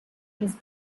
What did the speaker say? his